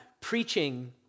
Preaching